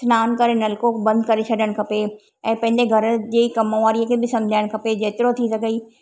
सनानु करे नलको बंदि करे छॾिण खपे ऐं पंहिंजे घर जी कमु वारीअ खे बि सम्झाइण खपे जेतिरो थी सघई